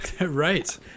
Right